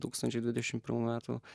tūkstančiai dvidešimt pirmų metų